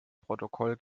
protokoll